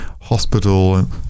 hospital